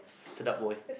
sedap boy